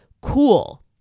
Cool